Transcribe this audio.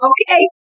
Okay